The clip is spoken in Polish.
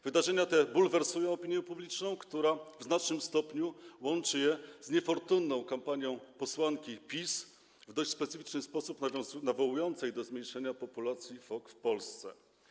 Wydarzenia te bulwersują opinię publiczną, która w znacznym stopniu łączy je z niefortunną kampanią posłanki PiS w dość specyficzny sposób nawołującą do zmniejszenia populacji fok w Polsce.